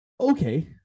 Okay